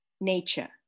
nature